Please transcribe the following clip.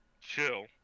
chill